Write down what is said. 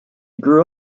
grew